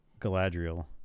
Galadriel